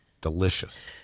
Delicious